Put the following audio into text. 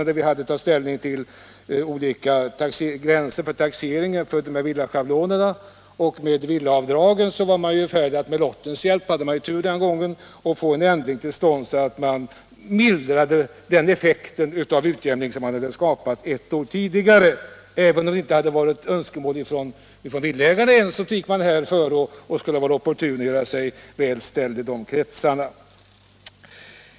Då vi hade att ta ställning till taxeringsgränserna, villaschablonerna och villaavdragen fick de med lottens hjälp — de hade tur den gången — en ändring till stånd och minskade därmed effekten av den utjämning som de hade varit med om att skapa ett år tidigare. Det hade inte ens framförts som önskemål från villaägarna, men man fann det opportunt att gå före för att ställa sig väl med de kretsarna.